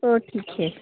हो ठीक आहे